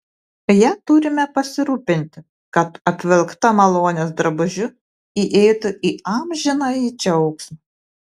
ja turime pasirūpinti kad apvilkta malonės drabužiu įeitų į amžinąjį džiaugsmą